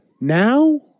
Now